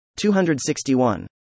261